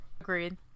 Agreed